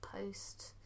post